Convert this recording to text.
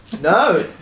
No